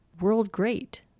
world-great